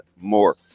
more